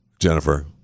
Jennifer